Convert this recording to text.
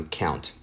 count